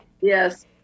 yes